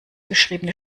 beschriebene